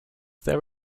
there